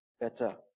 better